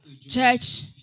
Church